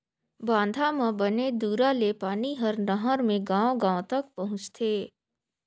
बांधा म बने दूरा ले पानी हर नहर मे गांव गांव तक पहुंचथे